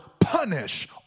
punish